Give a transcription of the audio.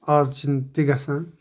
اَز چھِنہٕ تہِ گژھان